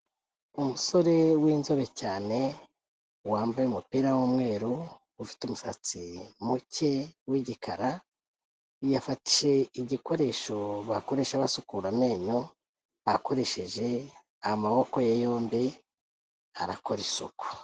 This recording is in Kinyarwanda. Umusore w'inzobe cyane, wambaye umupira w'umweru, ufite umusatsi muke w'igikara, yafashe igikoresho bakoresha basukura amenyo, akoresheje amaboko ye yombi, arakora isuku.